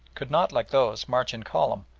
could not like those march in column,